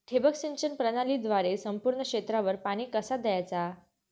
ठिबक सिंचन प्रणालीद्वारे संपूर्ण क्षेत्रावर पाणी कसा दयाचा?